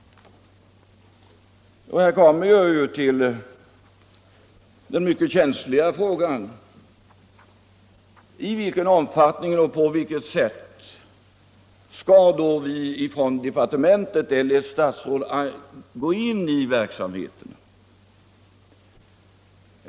Här kommer jag till den mycket känsliga frågan: I vilken omfattning och på vilket sätt skall då departementet eller ett statsråd gå in i verksamheten?